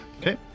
Okay